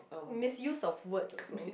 misuse of words also